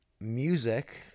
music